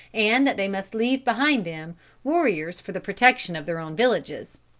and that they must leave behind them warriors for the protection of their own villages.